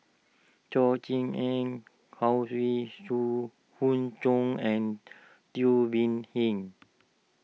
Chor Eng Howe Zoo Hoon Chong and Teo Bee Yen